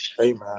Amen